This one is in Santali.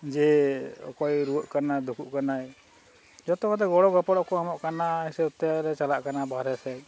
ᱡᱮ ᱚᱠᱚᱭ ᱨᱩᱣᱟᱹᱜ ᱠᱟᱱᱟᱭ ᱫᱩᱠᱩᱜ ᱠᱟᱱᱟᱭ ᱡᱚᱛᱚ ᱠᱚᱛᱮ ᱜᱚᱲᱚ ᱜᱚᱯᱚᱲᱚ ᱠᱚ ᱮᱢᱚᱜ ᱠᱟᱱᱟ ᱦᱤᱥᱟᱹᱵ ᱛᱮᱞᱮ ᱪᱟᱞᱟᱜ ᱠᱟᱱᱟ ᱵᱟᱦᱨᱮ ᱥᱮᱡ